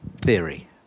theory